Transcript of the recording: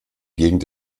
gegend